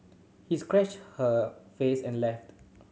he scratched her face and left